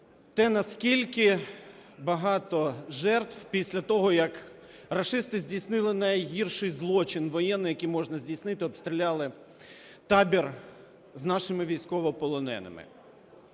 те, наскільки багато жертв після того, як рашисти здійснили найгірший злочин воєнний, який можна здійснити: обстріляли табір з нашими військовополоненими.